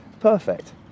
Perfect